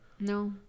No